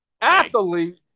athlete